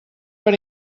per